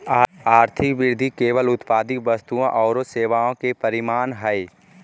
आर्थिक वृद्धि केवल उत्पादित वस्तुओं औरो सेवाओं के परिमाण हइ